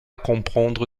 comprendre